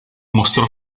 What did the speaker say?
mostró